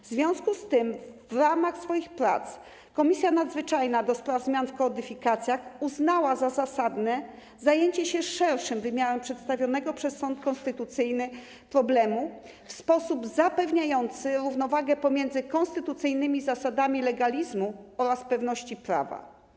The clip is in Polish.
W związku z tym w ramach swoich prac Komisja Nadzwyczajna do spraw zmian w kodyfikacjach uznała za zasadne zajęcie się szerszym wymiarem przedstawionego przez sąd konstytucyjny problemu, w sposób zapewniający równowagę pomiędzy konstytucyjnymi zasadami legalizmu oraz pewności prawa.